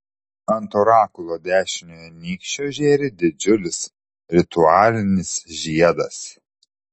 ant orakulo dešiniojo nykščio žėri didžiulis ritualinis žiedas